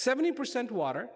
seventy percent water